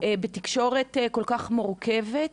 בתקשורת כל כך מורכבת,